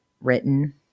written